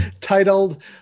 Titled